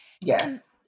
Yes